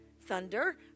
thunder